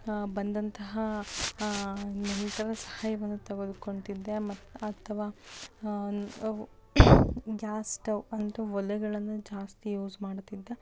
ಬಂದಂತಹ ನೆಂಟರ ಸಹಾಯವನ್ನು ತೆಗೆದುಕೊಂತಿದ್ದೆ ಮ ಅಥವಾ ಗ್ಯಾಸ್ ಸ್ಟೋವ್ ಅಂದರೆ ಒಲೆಗಳನ್ನು ಜಾಸ್ತಿ ಯೂಸ್ ಮಾಡುತ್ತಿದ್ದೆ